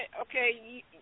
okay –